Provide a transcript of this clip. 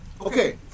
Okay